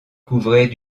couvrait